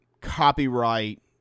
copyright